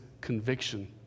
conviction